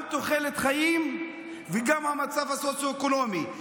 גם תוחלת חיים וגם המצב הסוציו-אקונומי,